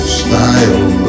style